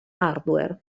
hardware